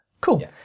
Cool